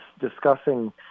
discussing